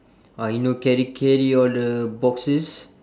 uh you know carry carry all the boxes